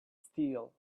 still